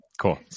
Cool